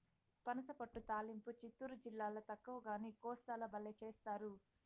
పనసపొట్టు తాలింపు చిత్తూరు జిల్లాల తక్కువగానీ, కోస్తాల బల్లే చేస్తారు